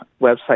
website